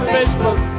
Facebook